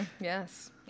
Yes